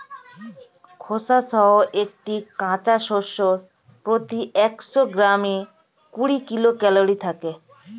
খোসাসহ একটি কাঁচা শসার প্রতি একশো গ্রামে কুড়ি কিলো ক্যালরি থাকে